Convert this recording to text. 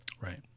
right